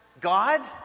God